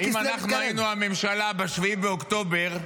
-- אם אנחנו היינו הממשלה ב-7 באוקטובר,